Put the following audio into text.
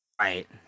Right